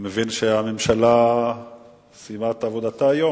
אני מבין שהממשלה סיימה את עבודתה היום.